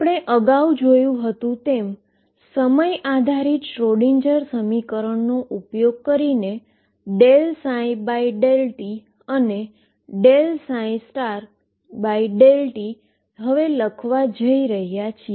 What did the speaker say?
આપણે અગાઉ કર્યુ હતુ તેમ સમય આધારિત શ્રોડિંજર સમીકરણનો ઉપયોગ કરીને ∂ψ∂t અને ∂ψ∂t લખવા જઈ રહ્યાં છે